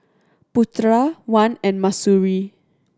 Putra Wan and Mahsuri